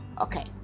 Okay